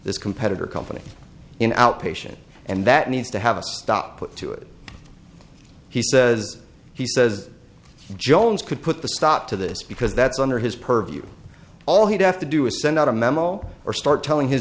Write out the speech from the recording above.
this competitor company in outpatient and that needs to have a stop to it he says he says jones could put the stop to this because that's under his purview all he'd have to do is send out a memo or start telling his